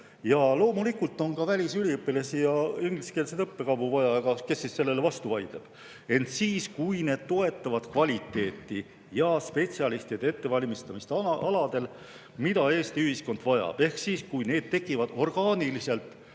Loomulikult on ka välisüliõpilasi ja ingliskeelseid õppekavu vaja. Kes siis sellele vastu vaidleb, kui need toetavad kvaliteeti ja spetsialistide ettevalmistamist aladel, mida Eesti ühiskond vajab, ehk siis, kui need tekivad orgaaniliselt,